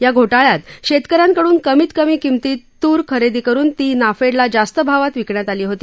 या घोटाळ्यात शेतकऱ्यांकडून कमी किमतीत तुर खरेदी करून ती नाफेडला जास्त भावात विकण्यात आली होती